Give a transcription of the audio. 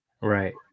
right